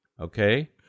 Okay